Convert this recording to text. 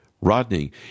Rodney